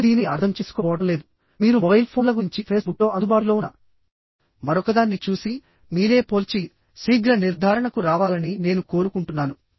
నేను దీనిని అర్థం చేసుకోబోవడం లేదు మీరు మొబైల్ ఫోన్ల గురించి ఫేస్బుక్లో అందుబాటులో ఉన్న మరొకదాన్ని చూసి మీరే పోల్చి శీఘ్ర నిర్ధారణకు రావాలని నేను కోరుకుంటున్నాను